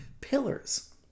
pillars